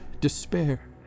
despair